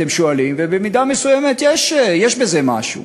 אתם שואלים, ובמידה מסוימת יש בזה משהו.